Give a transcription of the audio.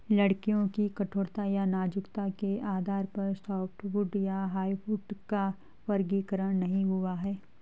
लकड़ियों की कठोरता या नाजुकता के आधार पर सॉफ्टवुड या हार्डवुड का वर्गीकरण नहीं हुआ है